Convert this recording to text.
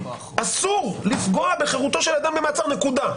אסור לפגוע בחירותו של אדם במעצר, נקודה.